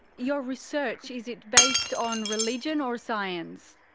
your research, is it based on religion or science?